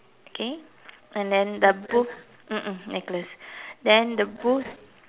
okay and then the booth mm mm necklace then the booth